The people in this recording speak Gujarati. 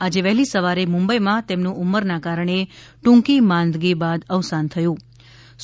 આજે વહેલી સવારે મુંબઇમાં તેમનુ ઉમરના કારણે ટૂંકી માંદગી બાદ અવસાન થયુ હતુ